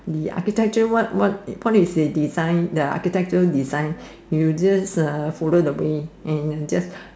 the architecture one one one is they design the architecture design you just uh follow the way and you just